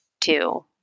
two